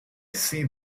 see